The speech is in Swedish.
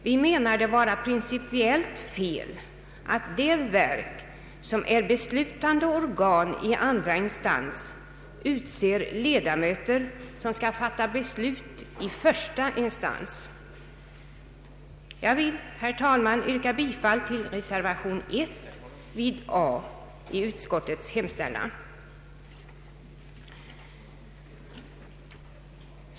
Vi anser det vara principiellt felaktigt att det verk, som är beslutande organ i andra instans, utser ledamöter som skall fatta beslut i första instans. Herr talman! Jag vill yrka bifall till reservation 1 vid A i utskottets hemställan.